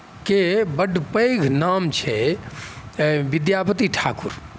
के बड्ड पैघ नाम छै विद्यापति ठाकुर